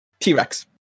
T-Rex